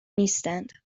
نیستند